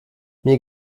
mir